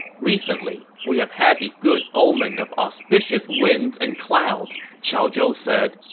recently, we have had the good omen of auspicious winds and clouds, qiao zhou said,